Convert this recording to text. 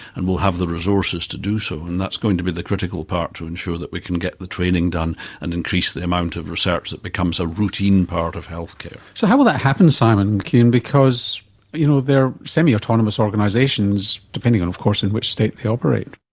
and will have the resources to do so. and that's going to be the critical part to ensure that we can get the training done and increase the amount of research that becomes a routine part of healthcare. so how will that happen, simon mckeon, because you know they are semiautonomous organisations, depending and of course in which state they operate.